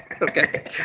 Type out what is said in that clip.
Okay